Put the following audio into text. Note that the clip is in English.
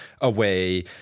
away